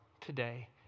today